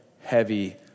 heavy